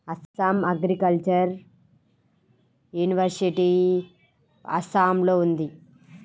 Assam agricultural university అస్సాంలో ఉంది